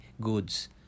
goods